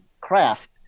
craft